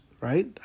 right